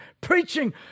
preaching